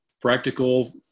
practical